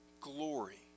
glory